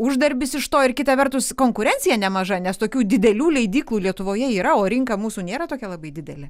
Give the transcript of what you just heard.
uždarbis iš to ir kita vertus konkurencija nemaža nes tokių didelių leidyklų lietuvoje yra o rinka mūsų nėra tokia labai didelė